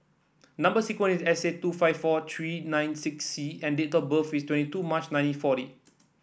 number sequence is S eight two five four three nine six C and date of birth is twenty two March nineteen forty